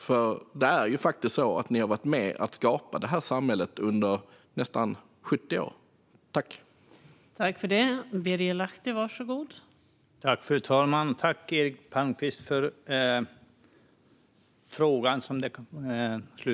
Ni har ju faktiskt varit med och skapat detta samhälle under nästan 70 år, Birger Lahti.